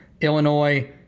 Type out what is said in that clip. Illinois